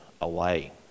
away